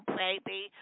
baby